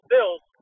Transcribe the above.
Bills